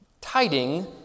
Tiding